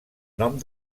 nom